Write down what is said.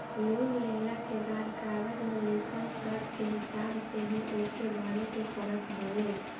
loan लेहला के बाद कागज में लिखल शर्त के हिसाब से ही ओके भरे के पड़त हवे